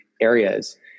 areas